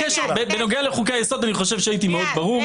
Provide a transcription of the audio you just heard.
בנוגע לחוקי היסוד, אני חושב שהייתי מאוד ברור.